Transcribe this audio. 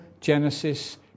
Genesis